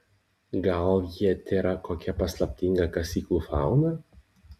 gal jie tėra kokia paslaptinga kasyklų fauna